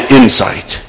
insight